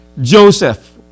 Joseph